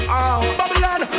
Babylon